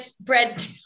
bread